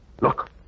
Look